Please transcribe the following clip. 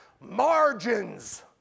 Margins